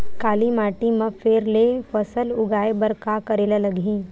काली माटी म फेर ले फसल उगाए बर का करेला लगही?